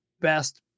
best